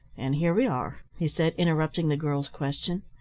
and here we are! he said, interrupting the girl's question.